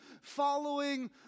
following